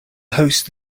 host